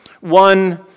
One